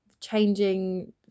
changing